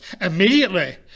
Immediately